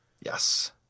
Yes